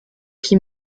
qui